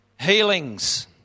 Healings